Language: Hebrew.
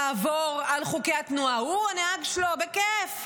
לעבור על חוקי התנועה, הוא, הנהג שלו, בכיף.